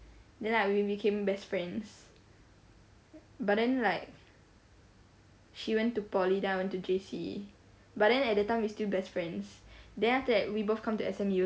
then like we became best friends but then like she went to poly then I went to J_C but then at that time we still best friends then after that we both come to S_M_U